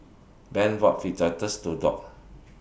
Van bought Fajitas to Dock